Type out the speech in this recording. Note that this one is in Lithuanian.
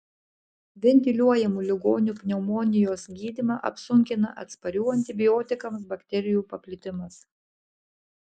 ventiliuojamų ligonių pneumonijos gydymą apsunkina atsparių antibiotikams bakterijų paplitimas